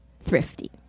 thrifty